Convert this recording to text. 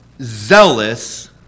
zealous